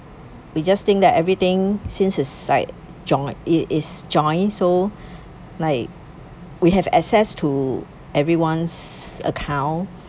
we just think that everything since he's like joint it is joint so like ewe have access to everyone's account